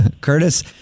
Curtis